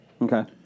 Okay